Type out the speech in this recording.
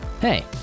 Hey